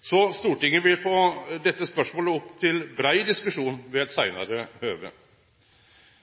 så Stortinget vil få dette spørsmålet opp til brei diskusjon ved eit seinare høve.